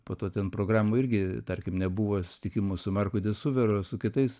po to ten programoj irgi tarkim nebuvo susitikimų su marku desuvero su kitais